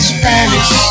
Spanish